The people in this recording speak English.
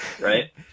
right